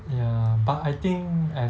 ya but I think as